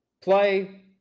play